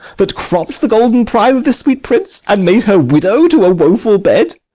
that cropp'd the golden prime of this sweet prince, and made her widow to a woeful bed?